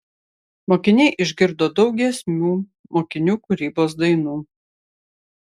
mokiniai išgirdo daug giesmių mokinių kūrybos dainų